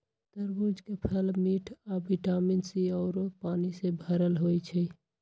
तरबूज के फल मिठ आ विटामिन सी आउरो पानी से भरल होई छई